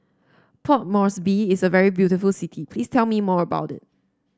Port Moresby is a very beautiful city please tell me more about it